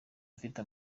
mfite